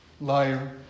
liar